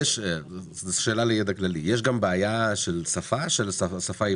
יש לי שאלה של ידע כללי: יש בעיה של שפה עברית?